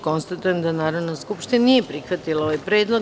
Konstatujem da Narodna skupština nije prihvatila ovaj predlog.